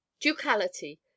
ducality